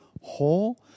whole